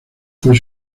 fue